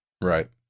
Right